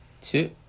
two